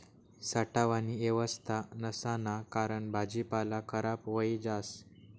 साठावानी येवस्था नसाना कारण भाजीपाला खराब व्हयी जास